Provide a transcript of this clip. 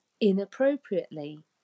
inappropriately